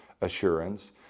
assurance